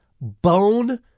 bone